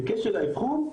בקשר לאבחון,